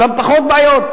שם יש פחות בעיות.